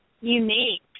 unique